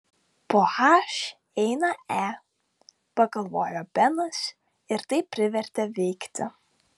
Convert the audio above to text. po h eina e pagalvojo benas ir tai privertė veikti